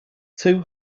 two